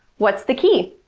what's the key?